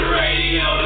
radio